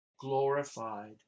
glorified